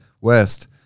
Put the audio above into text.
West